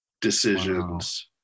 decisions